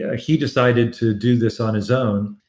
ah he decided to do this on his own.